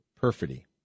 Perfidy